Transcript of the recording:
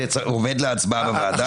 זה עומד להצבעה בוועדה?